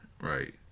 Right